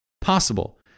possible